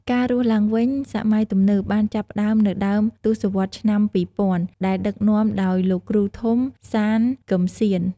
ការរស់ឡើងវិញសម័យទំនើបបានចាប់ផ្តើមនៅដើមទសវត្សរ៍ឆ្នាំ ២០០០ ដែលដឹកនាំដោយលោកគ្រូធំ សាន គឹមស៊ាន។